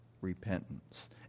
repentance